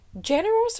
General